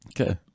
Okay